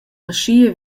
aschia